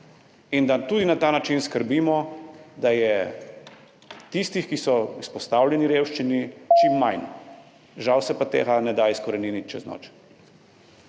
in da tudi na ta način skrbimo, da je tistih, ki so izpostavljeni revščini, čim manj. Žal se pa tega ne da izkoreniniti čez noč.